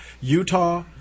Utah